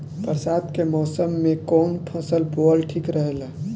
बरसात के मौसम में कउन फसल बोअल ठिक रहेला?